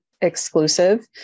exclusive